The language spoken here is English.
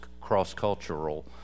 cross-cultural